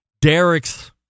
Derek's